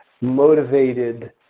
motivated